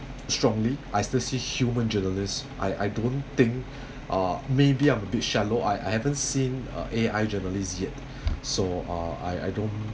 strongly I still see human journalists I I don't think uh maybe I'm a bit shallow I I haven't seen uh A_I journalist yet so uh I I don't